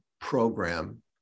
program